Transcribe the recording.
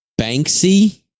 Banksy